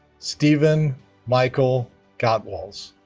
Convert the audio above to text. stephen michael gotwals